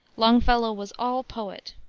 longfellow was all poet.